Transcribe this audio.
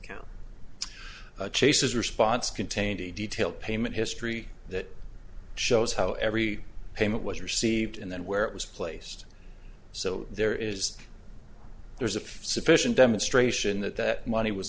account chase's response contained a detailed payment history that shows how every payment was received and then where it was placed so there is there's a sufficient demonstration that that money was